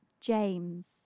James